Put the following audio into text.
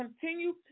continue